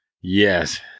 Yes